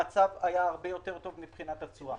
המצב היה יותר טוב מבחינת התשואה.